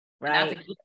Right